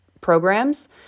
programs